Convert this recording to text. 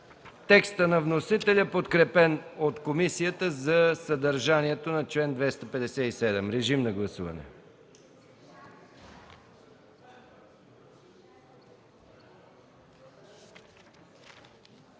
текста на вносителите, подкрепен от комисията, за съдържанието на чл. 257. Режим на гласуване.